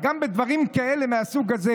גם בדברים כאלה מהסוג הזה